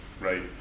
right